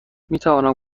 میتوانم